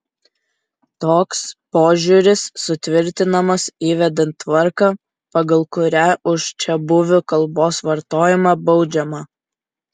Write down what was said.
toks požiūris sutvirtinamas įvedant tvarką pagal kurią už čiabuvių kalbos vartojimą baudžiama